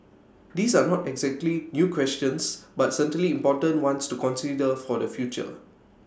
these are not exactly new questions but certainly important ones to consider for the future